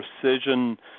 precision